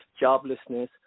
joblessness